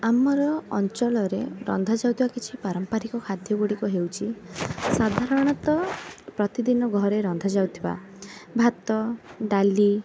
ଆମର ଅଞ୍ଚଳରେ ରନ୍ଧା ଯାଉଥିବା କିଛି ପାରମ୍ପାରିକ ଖାଦ୍ୟ ଗୁଡ଼ିକ ହେଉଛି ସାଧାରଣତ ପ୍ରତିଦିନ ଘରେ ରନ୍ଧା ଯାଉଥିବା ଭାତ ଡାଲି